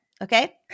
Okay